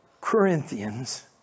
Corinthians